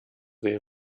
sehen